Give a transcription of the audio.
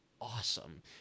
awesome